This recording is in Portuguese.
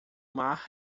mar